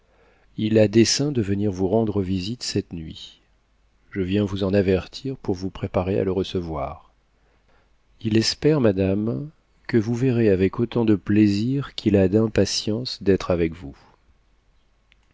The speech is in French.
ii a dessein de venir vous rendre visite cette nuit je viens vous en avertir pour vous préparer a le recevoir il espère madame que vous le verrez avec autant de plaisir qu'il a d'impatience d'être avec vous